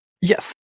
Yes